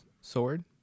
Sword